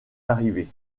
arrivée